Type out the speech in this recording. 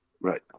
Right